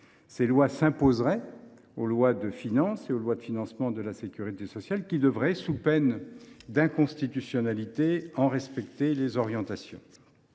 Elles s’imposeraient aux lois de finances et aux lois de financement de la sécurité sociale, qui devraient, sous peine d’inconstitutionnalité, en respecter les orientations.